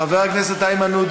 חבר הכנסת איימן עודה